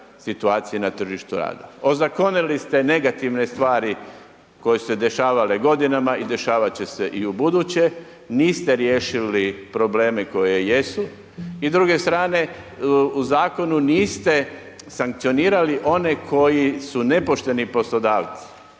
na tržištu rada. Ozakonili ste negativne stvari koje su se dešavale godinama i dešavat će se i ubuduće, niste riješili probleme koje jesu i s druge strane, u zakonu niste sankcionirali one koji su nepošteni poslodavci.